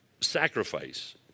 sacrifice